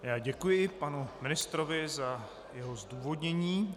Já děkuji panu ministrovi za jeho zdůvodnění.